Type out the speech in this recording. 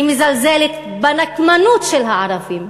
היא מזלזלת בנקמנות של הערבים,